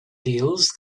deals